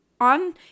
on